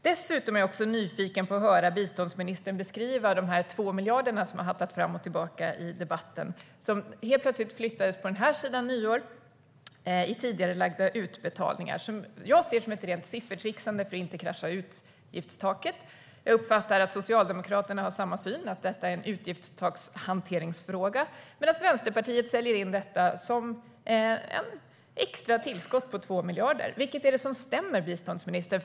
Dessutom är jag nyfiken på att höra biståndsministern beskriva de 2 miljarder som har hattat fram och tillbaka i debatten och som helt plötsligt flyttades till den här sidan nyår genom tidigarelagda utbetalningar, vilket jag ser som ett rent siffertrixande som man ägnat sig åt för att inte utgiftstaket ska krascha. Jag uppfattar att Socialdemokraterna har samma syn - att detta är en utgiftstakshanteringsfråga - medan Vänsterpartiet säljer in detta som ett extra tillskott på 2 miljarder. Vilket är det som stämmer, biståndsministern?